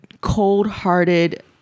cold-hearted